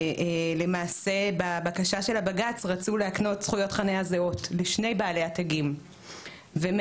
בבקשה של הבג"ץ רצו להקנות זכויות חניה זהות לשני בעלי התגים ומאז